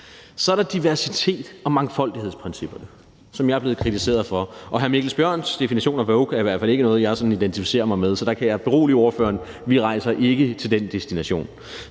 Så er der diversitets- og mangfoldighedsprincipperne, som jeg er blevet kritiseret for, og hr. Mikkel Bjørns definition af »woke« er i hvert fald ikke noget, jeg sådan identificere mig med, så der kan jeg berolige ordføreren: Vi rejser ikke til den destination.